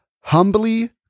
Humbly